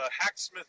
hacksmith